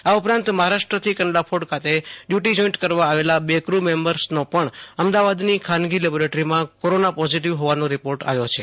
આ ઉપરાંત મહારાષ્ટ્રથી કંડલા પોર્ટ ખાતે ડ્યુટી જોઈન્ટ કરવા આવેલા બે કુ મેમ્બરનો પણ અમદાવાદની ખાનગી લેબોટરીમાં કોરોના પોઝિટીવ હોવાનો રિપોર્ટ આવ્યો છે